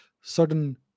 certain